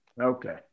Okay